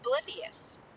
oblivious